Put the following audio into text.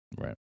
Right